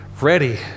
ready